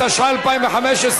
התשע"ה 2015,